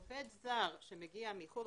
עובד זר שמגיע מחו"ל,